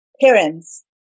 parents